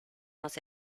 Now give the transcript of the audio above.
nos